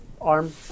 Arm